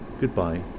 goodbye